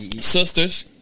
Sisters